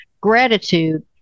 Gratitude